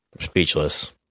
Speechless